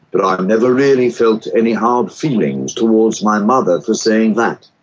but i've never really felt any hard feelings towards my mother for saying that.